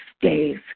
days